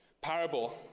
parable